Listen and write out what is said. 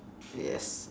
yes